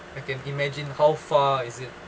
I can imagine how far is it